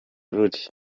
ruli